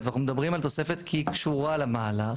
ואנחנו מדברים על תוספת כי היא קשורה למהלך,